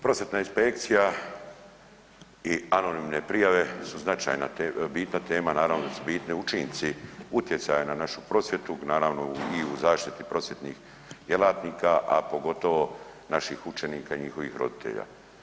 Prosvjetna inspekcija i anonimne prijave su značajna i bitna tema, naravno da su bitni učinci utjecaja na našu prosvjetu, naravno i u zaštiti prosvjetnih djelatnika, a pogotovo naših učenika i njihovih roditelja.